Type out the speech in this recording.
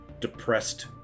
depressed